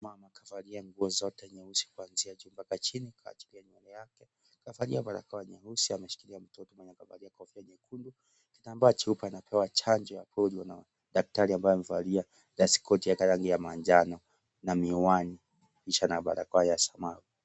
Mama kavalia nguo zote nyeusi kuanzia juu mpaka chini, kaachilia nywele yake kavalia barakoa nyeusi ameshikilia mtoto mwenye kavalia kofia nyekundu kitambaa cheupe anapewa chanjo ya polio na dakatari amevalia dastikoti yake ya rangi ya manjano na miwani kisha na barakoa ya samawi.